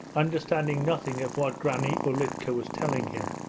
understanding nothing of what granny ulitka was telling him.